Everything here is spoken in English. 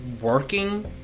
working